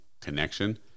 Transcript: connection